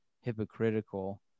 hypocritical